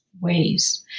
ways